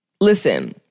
listen